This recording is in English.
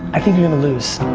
i think you're gonna lose,